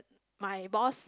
my boss